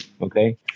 okay